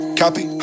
copy